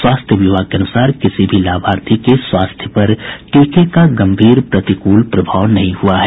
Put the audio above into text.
स्वास्थ्य विभाग के अनुसार किसी भी लाभार्थी के स्वास्थ्य पर टीके का गंभीर प्रतिकूल प्रभाव नहीं हुआ है